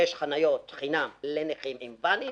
יש חניות חינם לנכים עם ואנים